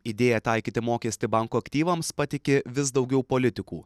idėja taikyti mokestį bankų aktyvams patiki vis daugiau politikų